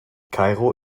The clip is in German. kairo